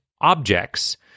objects